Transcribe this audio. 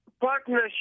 partnership